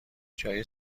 جای